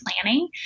planning